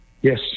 Yes